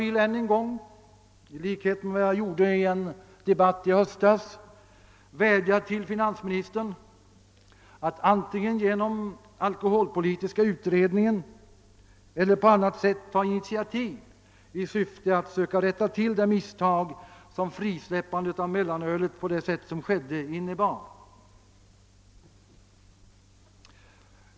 I likhet med vad jag gjorde under en debatt i höstas vill jag vädja till finansministern att han antingen genom alkoholpolitiska utredningen eller på annat sätt, tar initiativ i syfte att söka rätta till det misstag som frisläppandet av mellanölet på det sätt som skedde innebar.